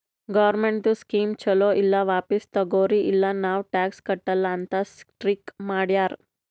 ಗೌರ್ಮೆಂಟ್ದು ಸ್ಕೀಮ್ ಛಲೋ ಇಲ್ಲ ವಾಪಿಸ್ ತಗೊರಿ ಇಲ್ಲ ನಾವ್ ಟ್ಯಾಕ್ಸ್ ಕಟ್ಟಲ ಅಂತ್ ಸ್ಟ್ರೀಕ್ ಮಾಡ್ಯಾರ್